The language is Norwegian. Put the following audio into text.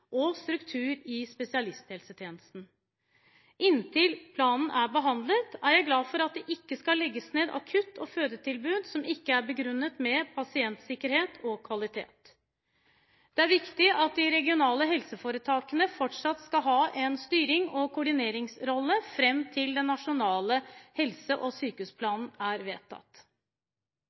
og struktur i spesialisthelsetjenesten. Inntil planen er behandlet, er jeg glad for at det ikke skal legges ned akutt- og fødetilbud som ikke er begrunnet med pasientsikkerhet og kvalitet. Det er viktig at de regionale helseforetakene fortsatt skal ha en styrings- og koordineringsrolle fram til den nasjonale helse- og sykehusplanen er vedtatt.